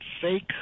fake